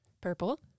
Purple